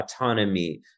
autonomy